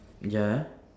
ya